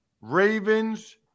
Ravens